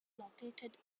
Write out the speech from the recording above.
located